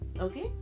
okay